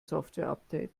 softwareupdate